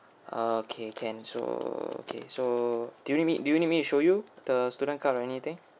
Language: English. ah okay can so okay so do you need me do you need me to show you the student card or anything